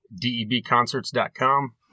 debconcerts.com